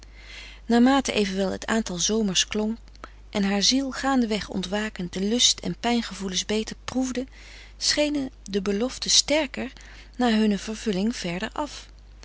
naarmate evenwel het aantal zomers klom en haar ziel gaandeweg ontwakend de lust en pijn gevoelens beter proefde schenen de belofte sterker maar hunne vervulling verder af